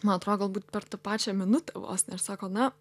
man atrodo galbūt per tą pačią minutę vos ne ir sako na